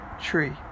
tree